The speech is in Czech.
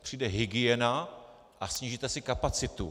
Přijde hygiena a snížíte si kapacitu.